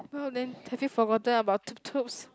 well then have you forgotten about tup-tup